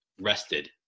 rested